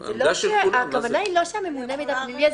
הכוונה היא לא שממונה המידע הפלילי הזה